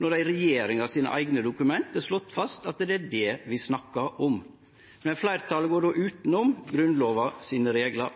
når det i regjeringa sine eigne dokument er slått fast at det er det vi snakkar om. Men fleirtalet går då utanom reglane i Grunnlova.